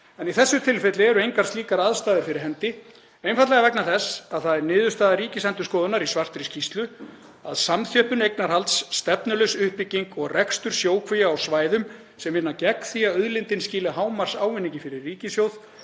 en í þessu tilfelli eru engar slíkar aðstæður fyrir hendi, einfaldlega vegna þess að það er niðurstaða Ríkisendurskoðunar í svartri skýrslu að samþjöppun eignarhalds, stefnulaus uppbygging og rekstur sjókvía á svæðum sem vinna gegn því að auðlindin skili hámarksávinningi fyrir ríkissjóð